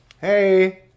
Hey